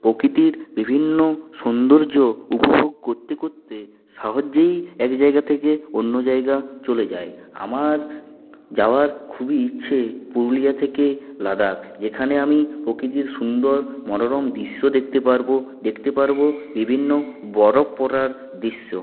প্রকৃতির বিভিন্ন সৌন্দর্য উপভোগ করতে করতে সহজেই এক জায়গা থেকে অন্য জায়গা চলে যায় আমার যাওয়ার খুবই ইচ্ছে পুরুলিয়া থেকে লাদাখ যেখানে আমি প্রকৃতির সুন্দর মনোরম দৃশ্য দেখতে পারবো দেখতে পারবো বিভিন্ন বরফ পড়ার দৃশ্য